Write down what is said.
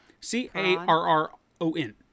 C-A-R-R-O-N